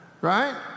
right